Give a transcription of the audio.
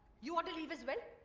you want to leave as well?